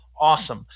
Awesome